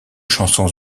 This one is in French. chansons